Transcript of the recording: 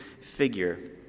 figure